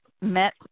met